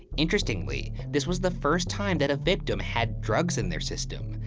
interestingly, this was the first time that a victim had drugs in their system.